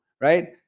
right